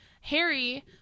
Harry